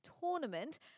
tournament